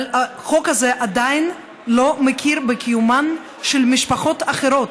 אבל החוק הזה עדיין לא מכיר בקיומן של משפחות אחרות,